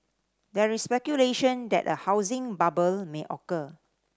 there is speculation that a housing bubble may occur